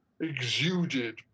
exuded